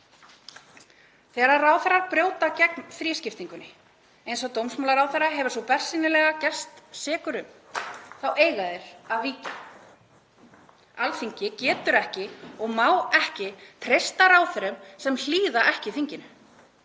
Þegar ráðherrar brjóta gegn þrískiptingunni, eins og dómsmálaráðherra hefur svo bersýnilega gerst sekur um, þá eiga þeir að víkja. Alþingi getur ekki og má ekki treysta ráðherrum sem hlýða ekki þinginu.